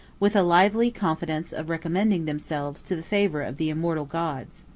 with a lively confidence of recommending themselves to the favor of the immortal gods.